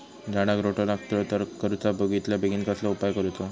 झाडाक रोटो लागलो तर काय करुचा बेगितल्या बेगीन कसलो उपाय करूचो?